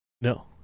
No